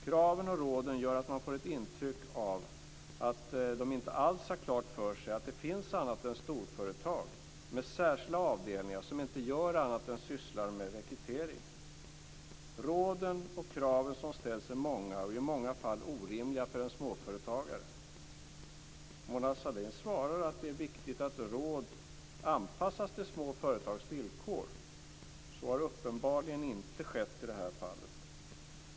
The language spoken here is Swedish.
Kraven och råden gör att man får ett intryck av att de inte alls har klart för sig att det finns annat än storföretag, med särskilda avdelningar som inte gör annat än sysslar med rekrytering. Råden och kraven som ställs är många, och i många fall är de orimliga för en småföretagare. Mona Sahlin svarar att det är viktigt att råd anpassas till små företags villkor. Så har uppenbarligen inte skett i det här fallet.